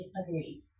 agreed